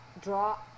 draw